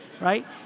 right